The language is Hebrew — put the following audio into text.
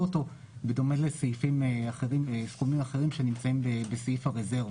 אותו בדומה לסעיפים אחרים ולסכומים אחרים שנמצאים בסעיף הרזרבה.